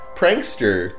prankster